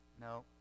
No